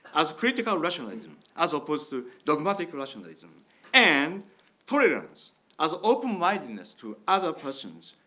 as critical rationalism as opposed to dogmatic rationalism and paradigms as open mindedness to other persons,